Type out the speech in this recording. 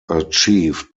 achieved